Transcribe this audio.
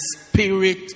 spirit